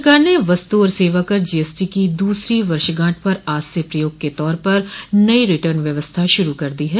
सरकार ने वस्तु और सेवा कर जीएसटी की दूसरी वर्षगांठ पर आज से प्रयोग के तौर पर नई रिटर्न व्यवस्था शुरू कर दो है